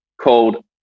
called